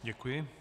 Děkuji.